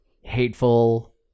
hateful